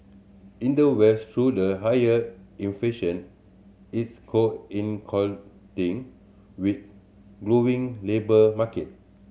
in the West though the higher inflation is with glowing labour market